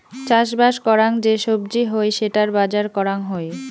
চাষবাস করাং যে সবজি হই সেটার বাজার করাং হই